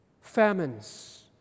famines